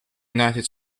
united